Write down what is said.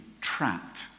trapped